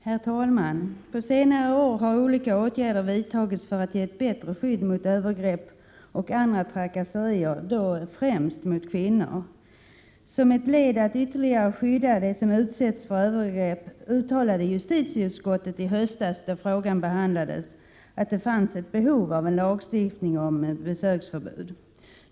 Herr talman! På senare år har olika åtgärder vidtagits för att ge ett bättre skydd mot övergrepp och andra trakasserier, främst mot kvinnor. Som ett led i att ytterligare skydda dem som utsätts för övergrepp uttalade justitieutskottet i höstas, då frågan behandlades, att det fanns ett behov av en lagstiftning om besöksförbud.